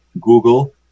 Google